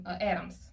Adams